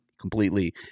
completely